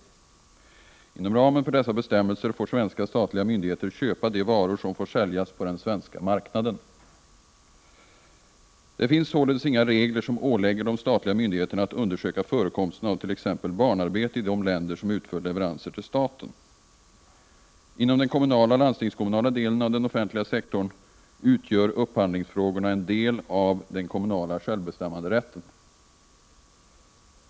Inom ramen för dessa bestämmelser får svenska statliga myndigheter köpa de varor som får säljas på den svenska marknaden. Det finns således inga regler som ålägger de statliga myndigheterna att undersöka förekomsten av t.ex. barnarbete i de länder som utför leveranser till staten. Inom den kommunala och landstingskommunala delen av den offentliga sektorn utgör upphandlingsfrågorna en del av den kommunala självbestämmanderätten.